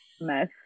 mess